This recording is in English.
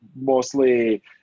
Mostly